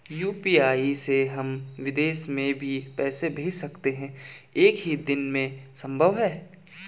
UPI से हम विदेश में भी पैसे भेज सकते हैं एक ही दिन में संभव है?